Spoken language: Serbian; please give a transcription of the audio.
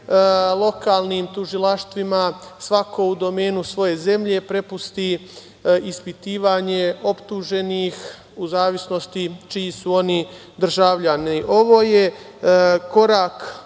lokalnim tužilaštvima, svako u domenu svoje zemlje, prepusti ispitivanje optuženih u zavisnosti čiji su oni državljani. Ovo je korak